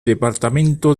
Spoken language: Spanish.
departamento